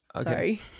Sorry